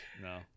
No